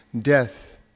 death